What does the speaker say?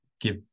give